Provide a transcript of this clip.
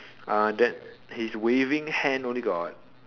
uh that his waving hand only got